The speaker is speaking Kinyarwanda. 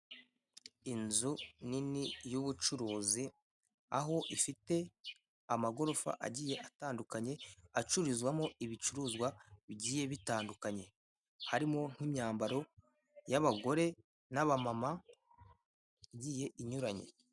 Inzu nini y'ubucuruzi aho ifite amagorofa agiye atandukanye acururizwamo ibicuruzwa bigiye bitandukanye harimo nk'imyambaro y'abagore n'abana igiye inyuranye.